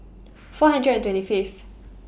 four hundred and twenty Fifth